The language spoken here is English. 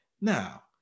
now